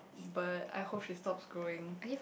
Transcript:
but I hope she stops growing